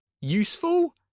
useful